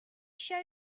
show